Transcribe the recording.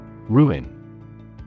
Ruin